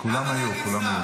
כולם היו, כולם היו.